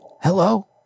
Hello